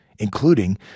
Including